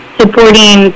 supporting